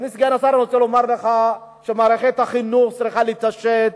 אדוני סגן השר, מערכת החינוך צריכה להתעשת,